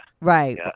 Right